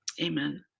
Amen